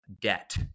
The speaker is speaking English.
debt